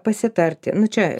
pasitarti nu čia